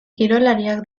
kirolariak